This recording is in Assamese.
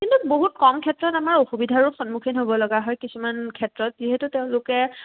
কিন্তু বহুত কম ক্ষেত্ৰত আমাৰ অসুবিধাৰো সন্মুখীন হ'ব লগা হয় কিছুমান ক্ষেত্ৰত যিহেতু তেওঁলোকে